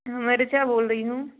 मैं ऋचा बोल रही हूँ